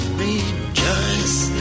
rejoice